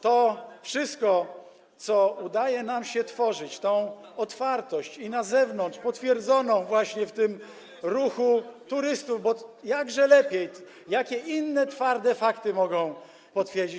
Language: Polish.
To wszystko, co udaje nam się tworzyć, tę otwartość i na zewnątrz, potwierdzoną właśnie tym ruchem turystów, jakże lepiej, jakie inne twarde fakty mogą potwierdzić?